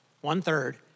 One-third